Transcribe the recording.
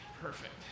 Perfect